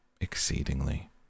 exceedingly